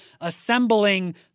assembling—